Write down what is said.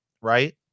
right